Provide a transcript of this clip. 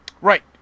Right